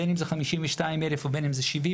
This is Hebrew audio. בין אם זה 52,000 או בין אם זה 70,000,